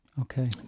Okay